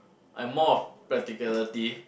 I'm more of practicality